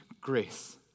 grace